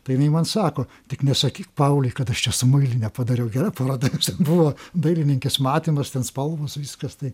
tai jinai man sako tik nesakyk pauliui kad aš čia su muiline padariau gera paroda taip sakant buvo dailininkės matymas ten spalvos viskas tai